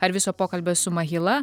ar viso pokalbio su mahila